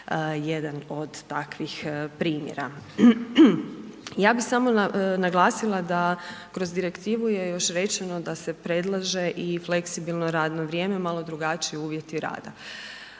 jedan od takvih primjera. Ja bi samo naglasila da kroz direktivu je još rečeno da se predlaže i fleksibilno radno vrijeme i malo drugačiji uvjeti rada.